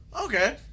Okay